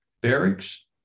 barracks